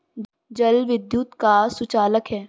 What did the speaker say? जल विद्युत का सुचालक है